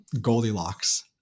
Goldilocks